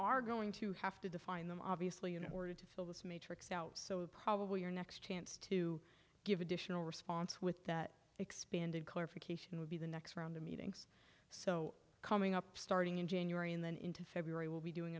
are going to have to define them obviously you know order to fill this matrix out so that probably your next chance to give additional response with that expanded clarification would be the next round of meetings so coming up starting in january and then into february will be doing